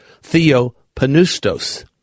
Theopanustos